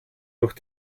durch